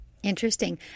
Interesting